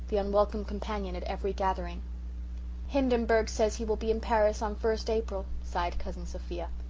the unwelcome companion at every gathering hindenburg says he will be in paris on first april sighed cousin sophia.